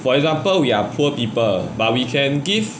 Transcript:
for example we are poor people but we can give